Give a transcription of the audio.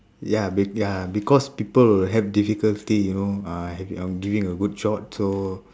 ya be~ ya because people will have difficulty you know uh giving a good shot so